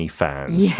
fans